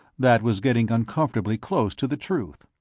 that was getting uncomfortably close to the truth.